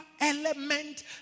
element